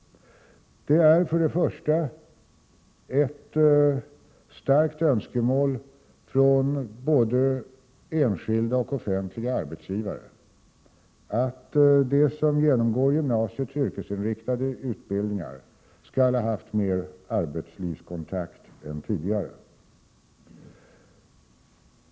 Det är först och främst ett starkt önskemål från både enskilda och offentliga arbetsgivare att de som genomgår gymnasiets yrkesinriktade utbildningar skall ha haft mer arbetslivserfarenhet än tidigare.